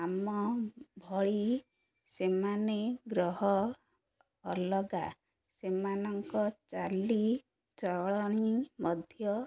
ଆମ ଭଳି ସେମାନେ ଗ୍ରହ ଅଲଗା ସେମାନଙ୍କ ଚାଲିଚଳଣି ମଧ୍ୟ